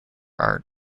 art